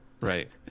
Right